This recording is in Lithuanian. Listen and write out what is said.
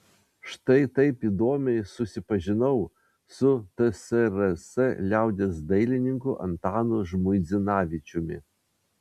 štai taip įdomiai susipažinau su tsrs liaudies dailininku antanu žmuidzinavičiumi